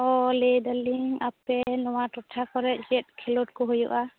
ᱚ ᱞᱟᱹᱭ ᱮᱫᱟᱞᱤᱧ ᱟᱯᱮ ᱱᱚᱶᱟ ᱴᱚᱴᱷᱟ ᱠᱚᱨᱮ ᱪᱮᱫ ᱠᱷᱮᱞᱳᱰ ᱠᱚ ᱦᱩᱭᱩᱜᱼᱟ